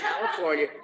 California